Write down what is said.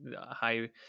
high